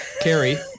Carrie